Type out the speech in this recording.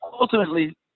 ultimately